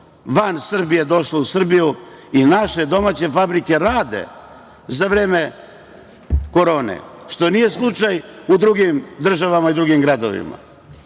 van Srbije došle u Srbiju, i naše domaće fabrike rade za vreme korone, što nije slučaj u drugim državama i drugim gradovima.